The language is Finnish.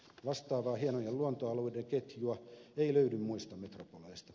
vastaavaa hienojen luontoalueiden ketjua ei löydy muista metropoleista